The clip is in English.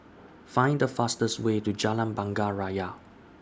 Find The fastest Way to Jalan Bunga Raya